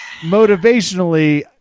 motivationally